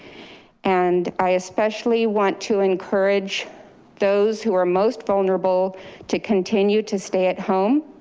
and i especially want to encourage those who are most vulnerable to continue to stay at home.